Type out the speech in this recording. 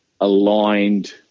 aligned